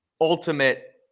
ultimate